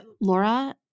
Laura